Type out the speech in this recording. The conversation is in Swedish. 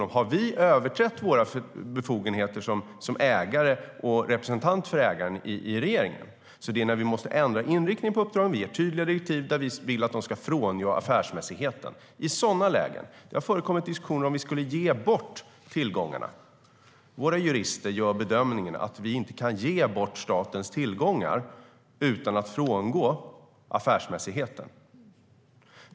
Har vi i regeringen överträtt våra befogenheter som ägare och representant för ägaren? Det handlar om när vi måste ändra inriktningen på uppdraget och ge tydliga direktiv att de ska frångå affärsmässigheten. Det gäller sådana lägen. Det har förekommit diskussioner om att vi skulle ge bort tillgångarna. Våra jurister gör bedömningen att vi inte kan ge bort statens tillgångar utan att frångå affärsmässigheten.